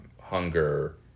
hunger